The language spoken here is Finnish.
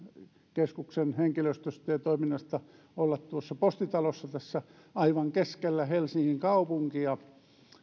keskuksen henkilöstöstä ja toiminnasta olla tuossa postitalossa tässä aivan keskellä helsingin kaupunkia